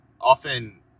Often